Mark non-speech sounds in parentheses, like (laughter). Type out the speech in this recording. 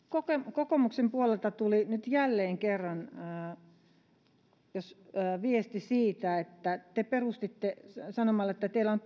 kokoomuksen puolelta tuli nyt jälleen kerran se viesti että te perustelitte sanomalla että teillä on (unintelligible)